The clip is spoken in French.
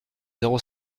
zéro